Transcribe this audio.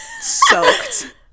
soaked